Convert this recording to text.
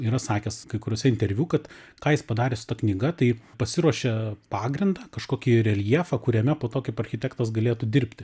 yra sakęs kai kuriuose interviu kad ką jis padarė su ta knyga tai pasiruošė pagrindą kažkokį reljefą kuriame po to kaip architektas galėtų dirbti